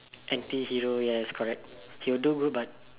anti hero yes correct he will do good but